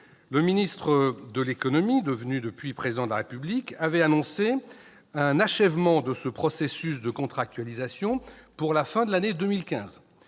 Le ministre de l'économie de l'époque, devenu depuis Président de la République, avait annoncé un achèvement de ce processus de contractualisation pour la fin de l'année 2015,